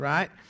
Right